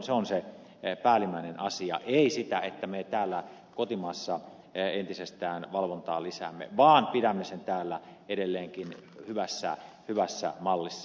se on se päällimmäinen asia ei se että me täällä kotimaassa entisestään valvontaa lisäämme vaan se että pidämme sen täällä edelleenkin hyvässä mallissa